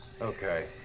Okay